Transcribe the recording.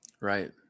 Right